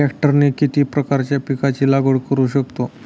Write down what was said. ट्रॅक्टरने किती प्रकारच्या पिकाची लागवड करु शकतो?